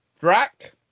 Drac